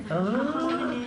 הרווחה והבריאות.